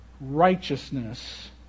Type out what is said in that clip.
righteousness